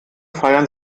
feiern